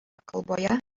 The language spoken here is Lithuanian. kalboje